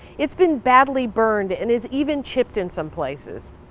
it's been badly burned and is even chipped in some places.